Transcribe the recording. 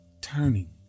turning